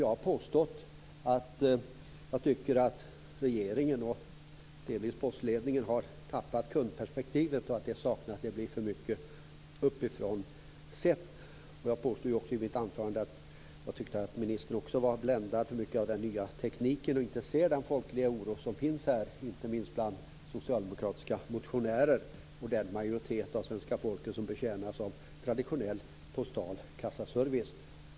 Jag har påstått att jag tycker att regeringen och delvis postledningen har tappat kundperspektivet. Det saknas. Det här blir för mycket sett uppifrån. Jag påstod också i mitt anförande att jag tycker att ministern är för mycket bländad av den nya tekniken och inte ser den folkliga oro som finns, inte minst bland socialdemokratiska motionärer och den majoritet av svenska folket som betjänas av traditionell postal kassaservice.